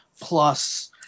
plus